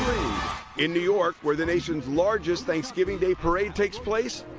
in new york, where the nation's largest thanksgiving day parade takes place,